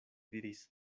diris